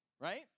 right